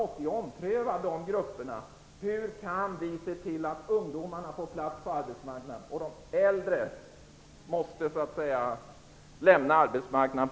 Detta måste omprövas, och vi måste fråga oss hur vi kan se till att ungdomarna kan få plats på arbetsmarknaden. De äldre måste så att säga på något sätt lämna arbetsmarknaden.